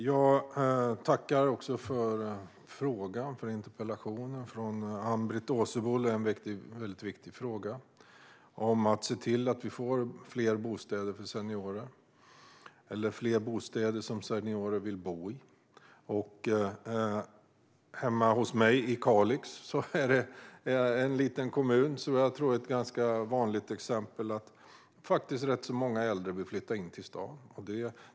Fru talman! Jag tackar för interpellationen från Ann-Britt Åsebol. Frågan om att se till att vi får fler bostäder till seniorer eller fler bostäder som seniorer vill bo i är väldigt viktig. I min hemkommun Kalix, en liten kommun, är det som exempel ganska vanligt att äldre vill flytta in till stan.